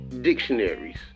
Dictionaries